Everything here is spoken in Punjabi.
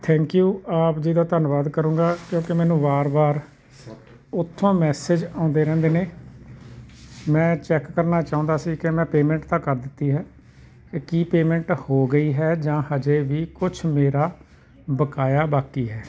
ਥੈਂਕਿਊ ਆਪ ਜੀ ਦਾ ਧੰਨਵਾਦ ਕਰੂੰਗਾ ਕਿਉਂਕਿ ਮੈਨੂੰ ਵਾਰ ਵਾਰ ਓਥੋਂ ਮੈਸਿਜ ਆਉਂਦੇ ਰਹਿੰਦੇ ਨੇ ਮੈਂ ਚੈੱਕ ਕਰਨਾ ਚਾਹੁੰਦਾ ਸੀ ਕਿ ਮੈਂ ਪੇਮੈਂਟ ਤਾਂ ਕਰ ਦਿੱਤੀ ਹੈ ਕੀ ਪੇਮੈਂਟ ਹੋ ਗਈ ਹੈ ਜਾਂ ਹਜੇ ਵੀ ਕੁਛ ਮੇਰਾ ਬਕਾਇਆ ਬਾਕੀ ਹੈ